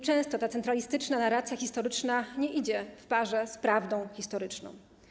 Często centralistyczna narracja historyczna nie idzie w parze z prawdą historyczną.